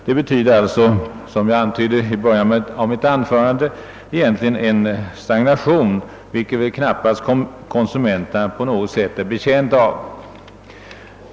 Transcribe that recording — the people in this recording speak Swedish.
Det betyder alltså — som jag antydde i början av mitt anförande — en stagnation, vilket konsumenterna knappast är betjänta av.